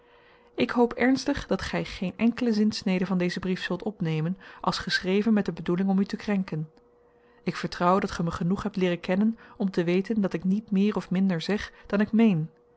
ik hoop ernstig dat gy geen enkele zinsnede van dezen brief zult opnemen als geschreven met de bedoeling om u te krenken ik vertrouw dat ge my genoeg hebt leeren kennen om te weten dat ik niet meer of minder zeg dan ik meen